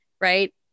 right